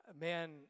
man